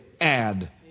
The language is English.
add